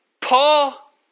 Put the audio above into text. Paul